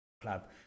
club